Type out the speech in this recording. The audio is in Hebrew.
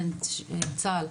בין צה"ל,